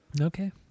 okay